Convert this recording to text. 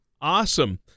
Awesome